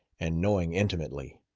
and knowing intimately.